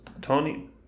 Tony